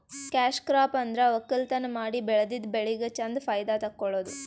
cash crop ಅಂದ್ರ ವಕ್ಕಲತನ್ ಮಾಡಿ ಬೆಳದಿದ್ದ್ ಬೆಳಿಗ್ ಚಂದ್ ಫೈದಾ ತಕ್ಕೊಳದು